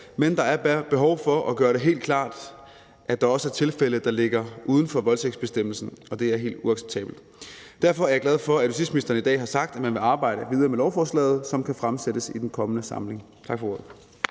men der er behov for at gøre det helt klart, at der også er tilfælde, der ligger uden for voldtægtsbestemmelsen, og det er helt uacceptabelt. Derfor er jeg glad for, at justitsministeren i dag har sagt, at man vil arbejde videre med lovforslaget, som kan fremsættes i den kommende samling. Tak for ordet.